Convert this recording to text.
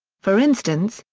for instance,